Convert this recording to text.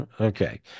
Okay